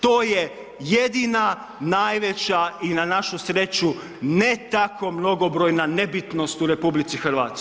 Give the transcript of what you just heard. To je jedina, najveća i na našu sreću ne tako mnogobrojna nebitnost u RH.